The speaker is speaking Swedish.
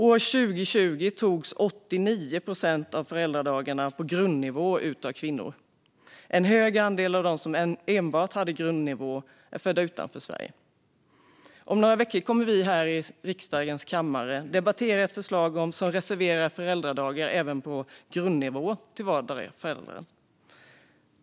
År 2020 togs 89 procent av föräldradagarna på grundnivå ut av kvinnor. En hög andel av dem som enbart hade grundnivå är födda utanför Sverige. Om några veckor ska riksdagen debattera ett förslag som reserverar föräldradagar även på grundnivå till vardera föräldern.